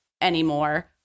anymore